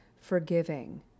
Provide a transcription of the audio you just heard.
forgiving